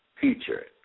future